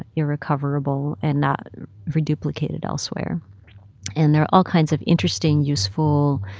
irrecoverable and not reduplicated elsewhere and there are all kinds of interesting, useful,